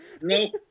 Nope